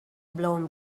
blown